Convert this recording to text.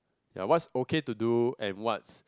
ya what's okay to do and what's